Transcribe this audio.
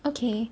okay